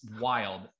wild